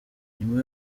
nyuma